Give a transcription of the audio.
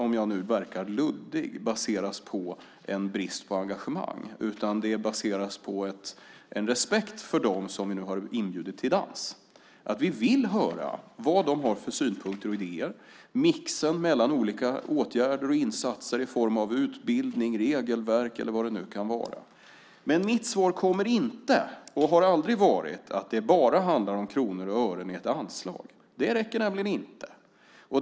Om jag verkar luddig baseras det inte på brist på engagemang. Det baseras på respekt för dem som nu har inbjudit till dans. Vi vill höra vad de har för synpunkter och idéer, mixen mellan olika åtgärder och insatser i form av utbildning, regelverk eller vad det nu kan vara. Men mitt svar kommer inte att vara, och har aldrig varit, att det bara handlar om kronor och ören i ett anslag. Det räcker nämligen inte.